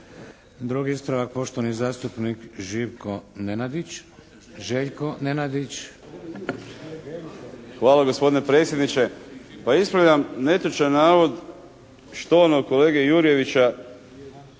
Drugi ispravak poštovani zastupnik Živko Nenadić. Željko Nenadić. **Nenadić, Željko (HDZ)** Hvala gospodine predsjedniče. Pa ispravljam netočan navod štovanog kolege Jurjevića